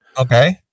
Okay